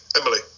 emily